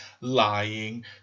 lying